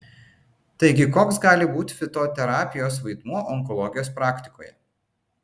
taigi koks gali būti fitoterapijos vaidmuo onkologijos praktikoje